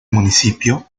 municipio